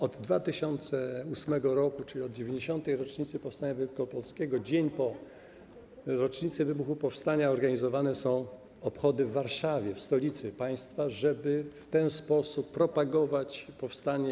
Od 2008 r., czyli od 90. rocznicy powstania wielkopolskiego, dzień po rocznicy wybuchu powstania organizowane są obchody w Warszawie, w stolicy państwa, żeby w ten sposób propagować powstanie.